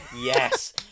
Yes